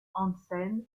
hansen